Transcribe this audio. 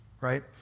right